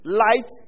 light